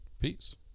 peace